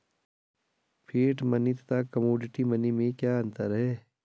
Fiat money तथा commodity money में क्या अंतर है?